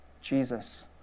Jesus